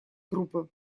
группы